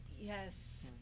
Yes